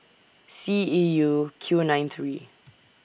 C E U Q nine three